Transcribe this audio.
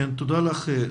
תודה לך.